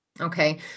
Okay